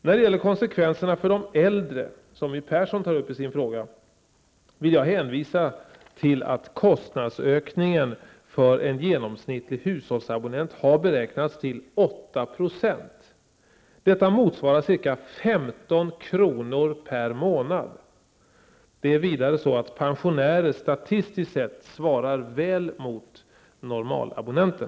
När det gäller konsekvenserna för de äldre, som My Persson tar upp i sin fråga, vill jag hänvisa till att kostnadsökningen för en genomsnittlig hushållsabonnent har beräknats till 8 %. Detta motsvarar ca 15 kr./månad. Det är vidare så att pensionärer statistiskt sett svarar väl mot normalabonnenten.